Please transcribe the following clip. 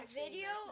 video